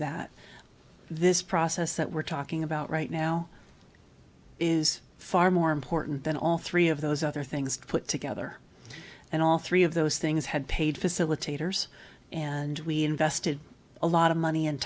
that this process that we're talking about right now is far more important than all three of those other things put together and all three of those things had paid facilitators and we invested a lot of money and